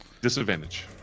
disadvantage